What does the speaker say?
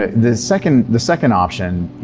ah the second the second option, you